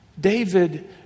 David